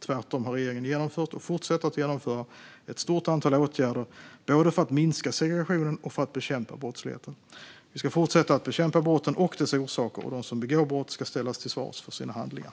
Tvärtom har regeringen genomfört och fortsätter att genomföra ett stort antal åtgärder både för att minska segregationen och för att bekämpa brottsligheten. Vi ska fortsätta att bekämpa brotten och dess orsaker, och de som begår brott ska ställas till svars för sina handlingar.